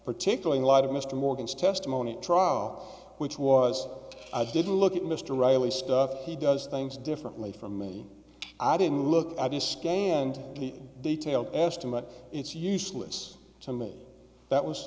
particularly a lot of mr morgan's testimony at trial which was i didn't look at mr riley stuff he does things differently from me i didn't look at his scanned detail estimate it's useless to me that was